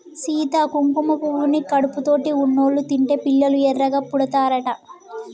సీత కుంకుమ పువ్వుని కడుపుతోటి ఉన్నోళ్ళు తింటే పిల్లలు ఎర్రగా పుడతారట